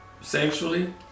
sexually